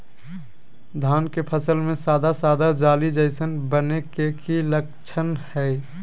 धान के फसल में सादा सादा जाली जईसन बने के कि लक्षण हय?